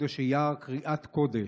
מחודש אייר, קריאת קודש: